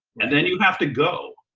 and then you have to go.